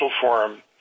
forum